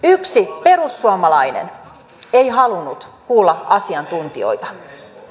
yksi perussuomalainen ei halunnut kuulla asiantuntijoita